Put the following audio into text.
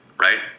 right